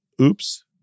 Oops